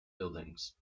buildings